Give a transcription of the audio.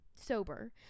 sober